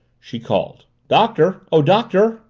she called. doctor! oh, doctor!